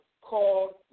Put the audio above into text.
called